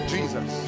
Jesus